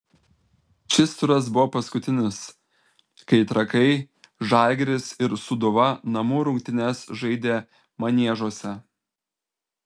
šis turas buvo paskutinis kai trakai žalgiris ir sūduva namų rungtynes žaidė maniežuose